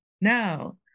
No